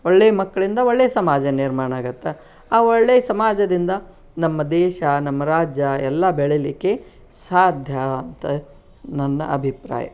ಒಳ್ಳೆ ಮಕ್ಕಳಿಂದ ಒಳ್ಳೆ ಸಮಾಜ ನಿರ್ಮಾಣ ಆಗುತ್ತೆ ಆ ಒಳ್ಳೇ ಸಮಾಜದಿಂದ ನಮ್ಮ ದೇಶ ನಮ್ಮ ರಾಜ್ಯ ಎಲ್ಲ ಬೆಳೀಲಿಕ್ಕೆ ಸಾಧ್ಯ ಅಂತ ನನ್ನ ಅಭಿಪ್ರಾಯ